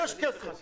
יש כסף לזה.